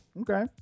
okay